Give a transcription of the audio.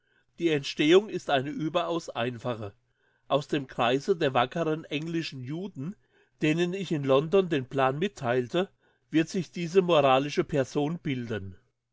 die entstehung ist eine überaus einfache aus dem kreise der wackeren englischen juden denen ich in london den plan mittheilte wird sich diese moralische person bilden